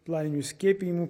planinių skiepijimų